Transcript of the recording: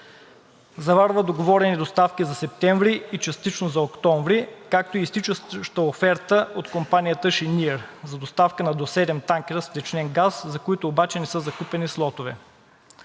Заварва договорени доставки за септември и частично за октомври, както и изтичаща оферта от компанията „Шениър“ за доставка на до седем танкера с втечнен газ, за които обаче не са закупени слотове.